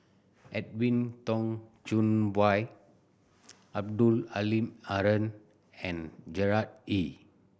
Edwin Tong Chun Fai Abdul Halim Haron and Gerard Ee